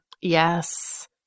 Yes